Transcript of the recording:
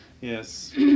Yes